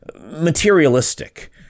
materialistic